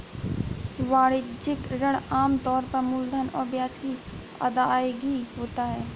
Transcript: वाणिज्यिक ऋण आम तौर पर मूलधन और ब्याज की अदायगी होता है